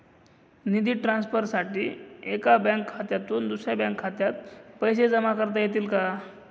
निधी ट्रान्सफरसाठी एका बँक खात्यातून दुसऱ्या बँक खात्यात पैसे जमा करता येतील का?